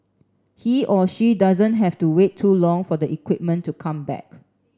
he or she doesn't have to wait too long for the equipment to come back